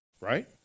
right